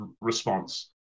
response